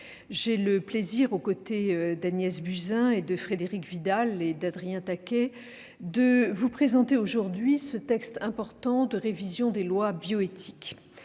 j'ai le plaisir, aux côtés d'Agnès Buzyn, de Frédérique Vidal et d'Adrien Taquet, de vous présenter aujourd'hui ce texte important de révision des lois bioéthiques.